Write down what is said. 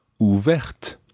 ouverte